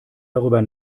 darüber